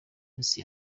minsi